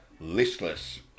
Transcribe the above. listless